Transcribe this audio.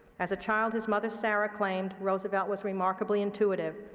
as a child, his mother, sarah, claimed roosevelt was remarkably intuitive,